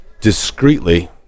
discreetly